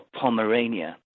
Pomerania